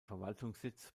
verwaltungssitz